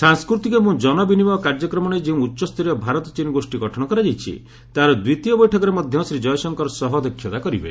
ସାଂସ୍କୃତିକ ଏବଂ ଜନ ବିନିମୟ କାର୍ଯ୍ୟକ୍ରମ ନେଇ ଯେଉଁ ଉଚ୍ଚସ୍ତରୀୟ ଭାରତ ଚୀନ ଗୋଷୀ ଗଠନ କରାଯାଇଛି ତାହାର ଦ୍ୱିତୀୟ ବୈଠକରେ ମଧ୍ୟ ଶ୍ରୀ ଜୟଶଙ୍କର ସହ ଅଧ୍ୟକ୍ଷତା କରିବେ